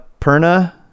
Perna